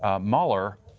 ah mueller